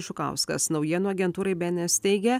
žukauskas naujienų agentūrai bns teigia